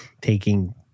taking